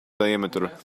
diameter